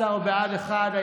16, בעד, אחד.